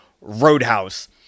Roadhouse